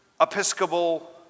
episcopal